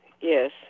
Yes